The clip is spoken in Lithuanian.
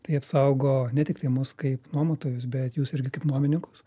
tai apsaugo ne tik tai mus kaip nuomotojus bet jus irgi kaip nuomininkus